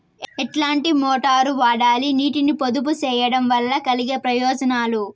ఎట్లాంటి మోటారు వాడాలి, నీటిని పొదుపు సేయడం వల్ల కలిగే ప్రయోజనాలు?